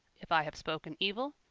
if i have spoken evil,